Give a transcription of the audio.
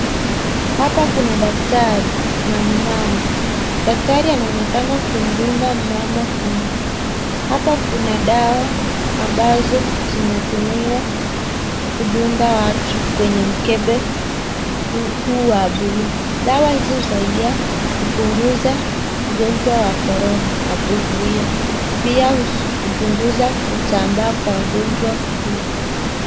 Hapa kuna daktari na mmama. Daktari anaonekana kumdunga mmama huyu. Hapa Kuna dawa ambazo zinatumiwa kudunda watu kwenye mkebe huu wa blue . Dawa hizo husaidia kupunguza ugonjwa wa korona na kuzuia. Pia hupunguza kusambaa kwa ugonjwa huu.